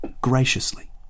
graciously